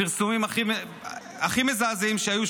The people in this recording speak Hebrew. פרסומים הכי מזעזעים שהיו,